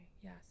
Yes